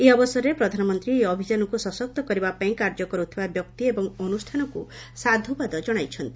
ଏହି ଅବସରରେ ପ୍ରଧାନମନ୍ତ୍ରୀ ଏହି ଅଭିଯାନକୁ ସଶକ୍ତି କରିବା ପାଇଁ କାର୍ଯ୍ୟ କରୁଥିବା ବ୍ୟକ୍ତି ଏବଂ ଅନୁଷ୍ଠାନକୁ ସାଧୁବାଦ ଜଣାଇଛନ୍ତି